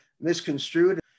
misconstrued